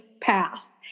path